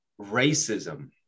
racism